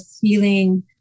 feeling